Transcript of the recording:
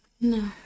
No